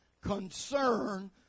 concern